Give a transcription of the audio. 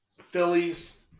Phillies